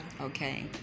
Okay